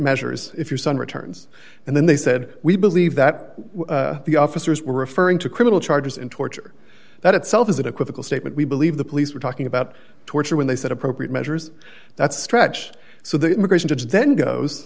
measures if your son returns and then they said we believe that the officers were referring to criminal charges in torture that itself is an equivocal statement we believe the police were talking about torture when they said appropriate measures that stretch so the immigration judge then goes